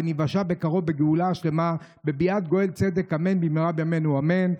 וניוושע בקרוב בגאולה שלמה בביאת גואל צדק אמן במהרה בימינו אמן.